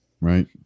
right